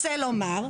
כלומר,